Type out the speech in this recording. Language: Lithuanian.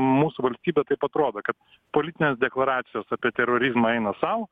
mūsų valstybė taip atrodo kad politinės deklaracijos apie terorizmą eina sau